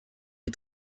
est